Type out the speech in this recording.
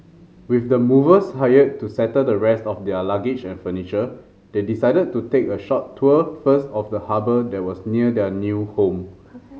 with the movers hired to settle the rest of their luggage and furniture they decided to take a short tour first of the harbour that was near their new home